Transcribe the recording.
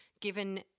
given